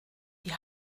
die